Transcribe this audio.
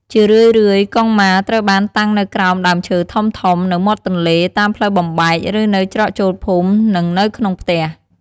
ជារឿយៗកុងម៉ាត្រូវបានតាំងនៅក្រោមដើមឈើធំៗ នៅមាត់ទន្លេ តាមផ្លូវបំបែក ឬនៅច្រកចូលភូមិ និងនៅក្នុងផ្ទះ។